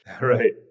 right